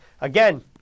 again